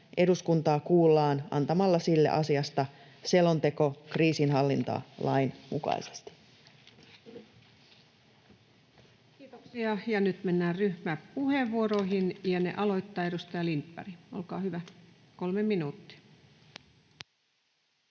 eduskuntaa kuullaan antamalla sille asiasta selonteko kriisinhallintalain mukaisesti. Kiitoksia. — Nyt mennään ryhmäpuheenvuoroihin, ja ne aloittaa edustaja Lindberg, olkaa hyvä, kolme minuuttia.